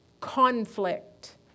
conflict